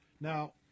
Now